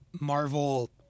Marvel